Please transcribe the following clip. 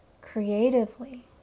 creatively